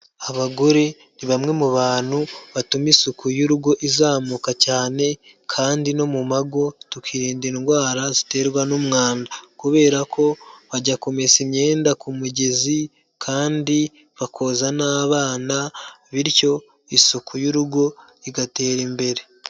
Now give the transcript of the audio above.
Abagore ni bamwe mu bantu batuma isuku y'urugo izamuka cyane, kandi no mu mago tukirinda indwara ziterwa n'umwanda, kubera ko bajya kumesa imyenda ku mugezi, kandi bakoza n'abana, bityo isuku y'urugo igatera imbere.